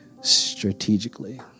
strategically